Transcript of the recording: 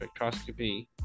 spectroscopy